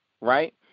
right